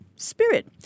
Spirit